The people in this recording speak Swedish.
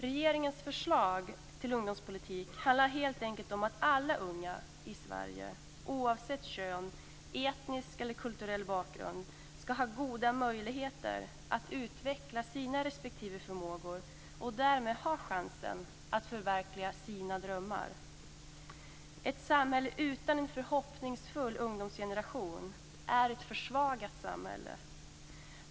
Regeringens förslag till ungdomspolitik handlar helt enkelt om att alla unga i Sverige, oavsett kön, etnisk och kulturell bakgrund, ska ha goda möjligheter att utveckla sina respektive förmågor och därmed ha chansen att förverkliga sina drömmar. Ett samhälle utan en förhoppningsfull ungdomsgeneration är ett försvagat samhälle.